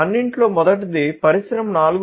అన్నింటిలో మొదటిది పరిశ్రమ 4